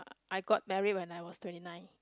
I got married when I was twenty nine